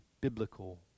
biblical